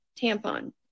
tampon